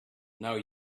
now